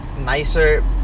nicer